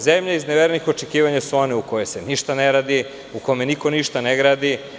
Zemlja izneverenih očekivanja su one u kojima se ništa ne radi, u kome niko ništa ne gradi.